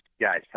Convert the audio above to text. guys